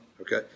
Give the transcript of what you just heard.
okay